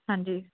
ਹਾਂਜੀ